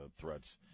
threats